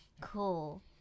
cool